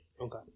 Okay